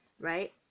right